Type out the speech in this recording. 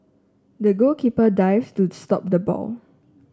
the goalkeeper dived to stop the ball